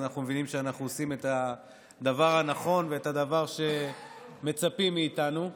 אנחנו מבינים שאנחנו עושים את הדבר הנכון ואת הדבר שמצפים מאיתנו לעשות.